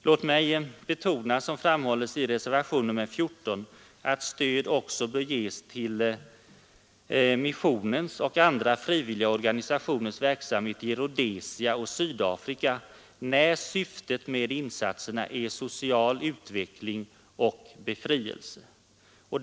Jag vill betona, såsom framhålles i reservationen 14, att stöd också bör ges till missionens och andra frivilliga organisationers verksamhet i Rhodesia och Sydafrika när syftet med insatserna är social utveckling och befrielse.